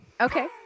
Okay